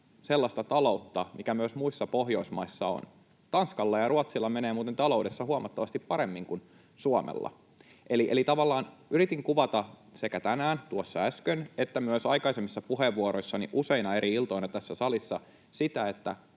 sellaista taloutta, mikä myös muissa Pohjoismaissa on. Tanskalla ja Ruotsilla menee muuten taloudessa huomattavasti paremmin kuin Suomella. Eli tavallaan yritin kuvata sekä tänään, tuossa äsken, että myös aikaisemmissa puheenvuoroissani useina eri iltoina tässä salissa sitä, että